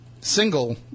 single